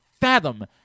fathom